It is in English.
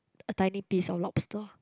a tiny piece of lobster